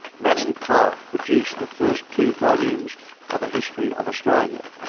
manning clark produced the first two volumes of a history of australia,